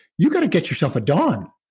you got to get yourself a dawn.